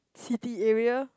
city area